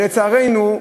לצערנו,